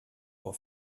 pour